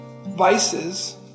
vices